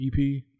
ep